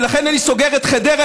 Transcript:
ולכן אני סוגר את חדרה,